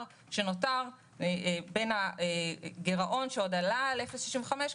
שנותר בין הגירעון שעוד עלה על 0.65%,